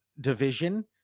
division